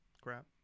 crap